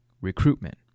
Recruitment